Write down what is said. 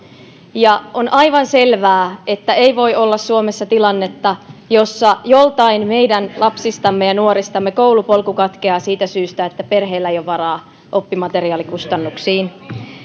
arvoon on aivan selvää että ei voi olla suomessa tilannetta jossa joltain meidän lapsistamme ja nuoristamme koulupolku katkeaa siitä syystä että perheellä ei ole varaa oppimateriaalikustannuksiin